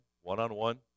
one-on-one